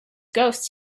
ghosts